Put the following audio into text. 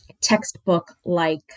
textbook-like